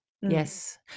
Yes